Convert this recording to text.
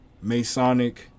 Masonic